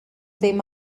ddim